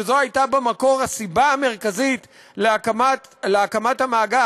שזו הייתה במקור הסיבה המרכזית להקמת המאגר,